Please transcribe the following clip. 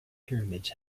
pyramids